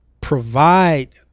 Provide